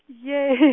Yay